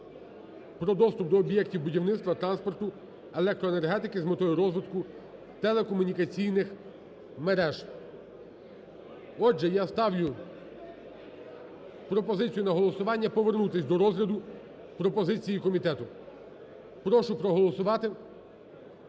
про доступ до об'єктів будівництва, транспорту, електроенергетики з метою розвитку телекомунікаційних мереж. Отже, я ставлю пропозицію на голосування повернутися до розгляду пропозиції комітету. Прошу проголосувати,